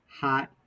hot